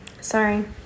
Sorry